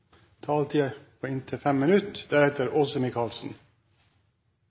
taletid på inntil 30 minutt.